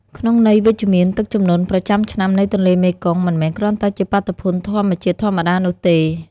ក្នុងន័យវិជ្ជមាន ទឹកជំនន់ប្រចាំឆ្នាំនៃទន្លេមេគង្គ មិនមែនគ្រាន់តែជាបាតុភូតធម្មជាតិធម្មតានោះទេ។